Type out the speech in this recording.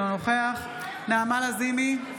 אינו נוכח נעמה לזימי,